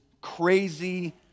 crazy